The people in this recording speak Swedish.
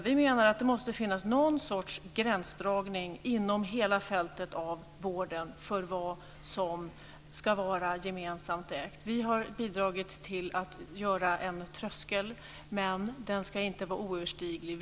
Vi menar att det måste finnas någon sorts gränsdragning inom hela fältet av vården för vad som ska vara gemensamt ägt. Vi har bidragit till att göra en tröskel, men den ska inte vara oöverstiglig.